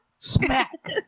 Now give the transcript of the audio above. smack